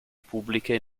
pubbliche